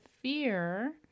fear